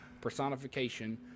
personification